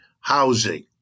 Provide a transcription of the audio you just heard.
housing